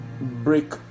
break